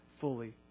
fully